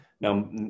Now